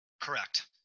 Correct